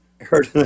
heard